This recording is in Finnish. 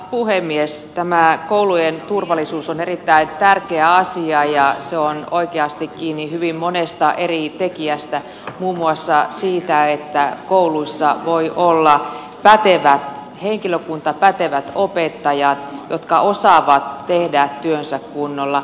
tämä koulujen turvallisuus on erittäin tärkeä asia ja se on oikeasti kiinni hyvin monesta eri tekijästä muun muassa siitä että kouluissa voi olla pätevä henkilökunta pätevät opettajat jotka osaavat tehdä työnsä kunnolla